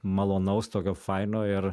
malonaus tokio faino ir